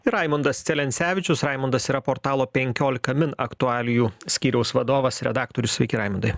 ir raimundas celencevičius raimundas yra portalo penkiolika min aktualijų skyriaus vadovas redaktorius sveiki raimundai